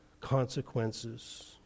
consequences